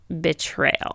betrayal